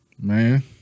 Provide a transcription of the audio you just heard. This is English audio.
Man